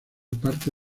parte